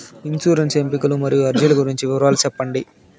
insurance ఎంపికలు మరియు అర్జీల గురించి వివరాలు సెప్పండి